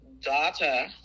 daughter